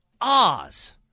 Oz